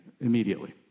immediately